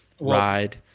ride